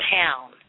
town